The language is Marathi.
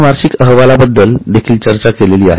आपण वार्षिक अहवालाबद्दल देखील चर्चा केली आहे